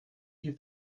you